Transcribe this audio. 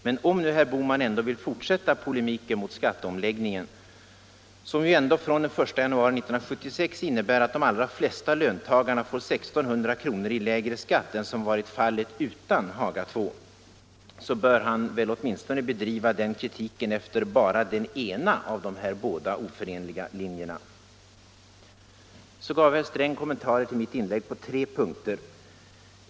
Men om nu herr Bohman ändå vill fortsätta polemiken mot skatteomläggningen, som ju från den 1 januari 1976 innebär att de allra flesta löntagare får 1600 kr. lägre skatt än som hade varit fallet utan Haga II, så bör han väl åtminstone bedriva den kritiken efter bara den ena av dessa båda oförenliga linjer. Herr Sträng gav kommentarer till mitt inlägg på tre punkter.